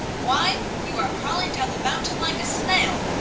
why, you are crawling down the mountain like a snail!